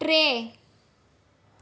टे